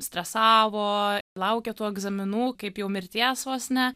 stresavo laukė tų egzaminų kaip jau mirties vos ne